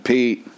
Pete